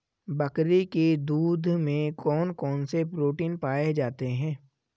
बकरी के दूध में कौन कौनसे प्रोटीन पाए जाते हैं?